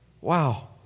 Wow